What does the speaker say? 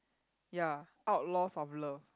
ya outlaws of love